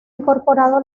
incorporado